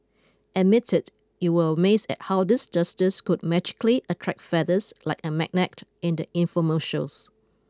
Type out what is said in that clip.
admit it you were amazed at how these dusters could magically attract feathers like a magnet in the infomercials